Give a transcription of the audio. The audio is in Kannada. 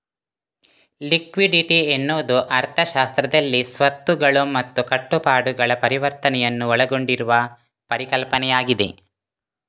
ಲಿಕ್ವಿಡಿಟಿ ಎನ್ನುವುದು ಅರ್ಥಶಾಸ್ತ್ರದಲ್ಲಿ ಸ್ವತ್ತುಗಳು ಮತ್ತು ಕಟ್ಟುಪಾಡುಗಳ ಪರಿವರ್ತನೆಯನ್ನು ಒಳಗೊಂಡಿರುವ ಪರಿಕಲ್ಪನೆಯಾಗಿದೆ